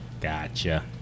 Gotcha